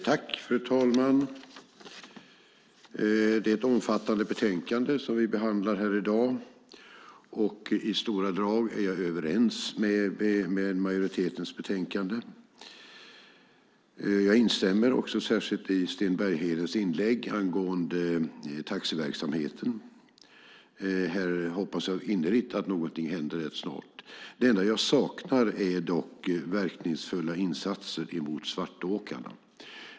Fru talman! Det är ett omfattande betänkande vi behandlar här i dag. I stora drag är jag överens med majoritetens betänkande. Jag instämmer också särskilt i Sten Berghedens inlägg angående taxiverksamheten. Här hoppas jag innerligt att någonting händer rätt snart. Det enda jag saknar är verkningsfulla åtgärder mot svartåkarna.